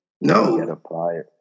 No